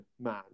man